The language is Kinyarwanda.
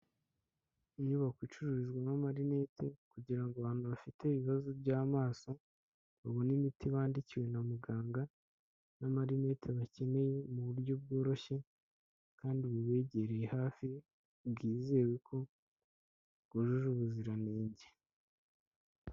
Inyubako icururizwamo amarinete, kugira ngo abantu bafite ibibazo by'amaso babone imiti bandikiwe na muganga, n'amarinete bakeneye mu buryo bworoshye kandi bubegereye hafi, bwizewe ko bwujuje ubuziranenge.